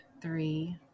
three